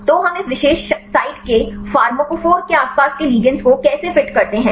तो हम इस विशेष साइट के फार्माकोफोर के आसपास के लिगैंड्स को कैसे फिट करते हैं